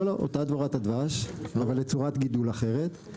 לא, לא, אותה דבורת הדבש, אצל צורת גידול אחרת.